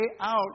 out